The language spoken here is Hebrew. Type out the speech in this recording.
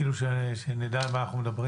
כאילו שנדע על מה אנחנו מדברים.